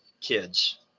kids